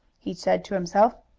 he said to himself.